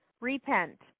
repent